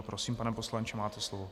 Prosím, pane poslanče, máte slovo.